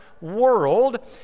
world